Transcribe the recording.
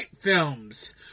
films